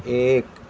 ایک